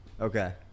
Okay